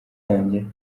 yanjye